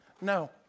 No